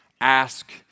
ask